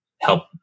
help